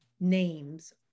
names